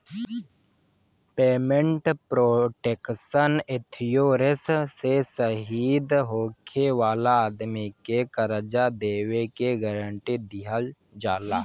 payment protection insurance से शहीद होखे वाला आदमी के कर्जा देबे के गारंटी दीहल जाला